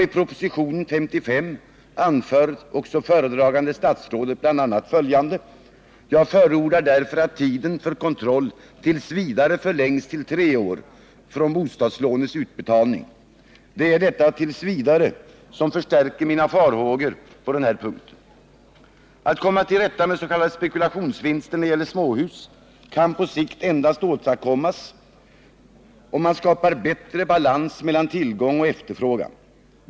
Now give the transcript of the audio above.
I propositionen anför också föredragande statsrådet bl.a. följande: ”Jag förordar därför att tiden för kontroll inte tills vidare förlängs till tre år från bostadslånets utbetalning.” Det är detta ”tills vidare” som förstärker mina farhågor på den här punkten. Att komma till rätta med s.k. spekulationsvinster när det gäller småhus kan på sikt åstadkommas endast om man skapar bättre balans mellan tillgång och efterfrågan.